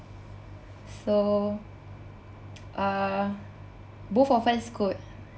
so uh both of us could